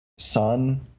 sun